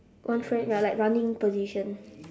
one front ya like running position